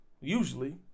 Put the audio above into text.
usually